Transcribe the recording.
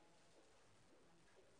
גם לצה"ל ולשאול מדוע הם לא נדרשים לעניין.